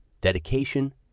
dedication